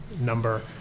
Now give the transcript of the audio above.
number